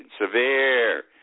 severe